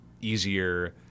easier